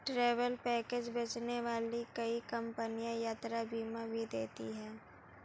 travel package बेचने वाली कई कंपनियां यात्रा बीमा भी देती हैं